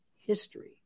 history